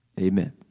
Amen